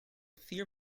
vier